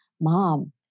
mom